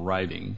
writing